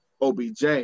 OBJ